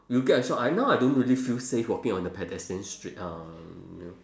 you get a shock I now I don't really feel safe walking on the pedestrian street um you know